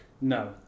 No